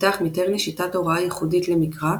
פיתח מיטרני שיטת הוראה ייחודית למקרא,